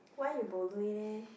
why you bo lui leh